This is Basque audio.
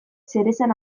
zeresan